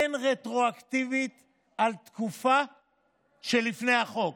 אין רטרואקטיביות על התקופה שלפני החוק.